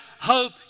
hope